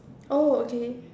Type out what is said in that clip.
oh okay